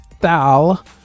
Thal